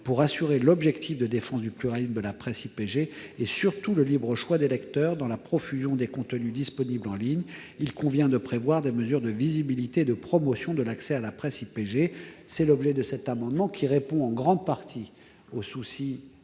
Pour assurer l'objectif de défense du pluralisme de la presse IPG et surtout pour garantir le libre choix des lecteurs dans la profusion des contenus disponibles en ligne, il est nécessaire de prévoir des mesures de visibilité et de promotion de l'accès à la presse IPG. Tel est l'objet de l'amendement n° 7 rectifié, qui répond en grande partie aux